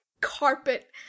carpet